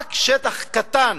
ורק שטח קטן